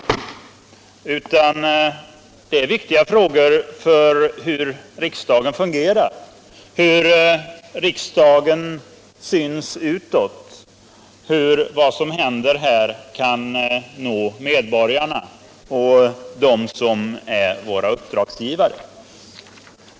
Dessa frågor är avgörande för hur riksdagen fungerar, hur den syns utåt och hur det som händer här kan nå medborgarna och dem som är våra uppdragsgivare.